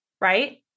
Right